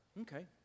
Okay